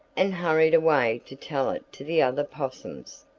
and hurried away to tell it to the other possums.